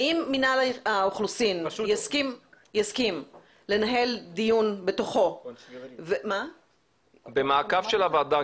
האם מינהל האוכלוסין יסכים לנהל דיון בתוכו --- במעקב של הוועדה,